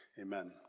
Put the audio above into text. amen